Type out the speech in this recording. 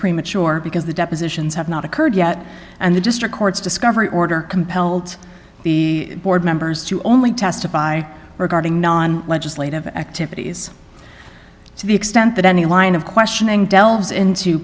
premature because the depositions have not occurred yet and the district court's discovery order compelled the board members to only testify regarding non legislative activities to the extent that any line of questioning delves into